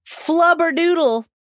Flubberdoodle